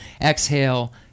exhale